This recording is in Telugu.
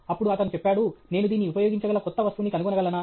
అప్పుడు అతను చెప్పాడు నేను దీన్ని ఉపయోగించగల కొత్త వస్తువు ని కనుగొనగలనా